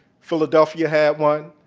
philadelphia had one,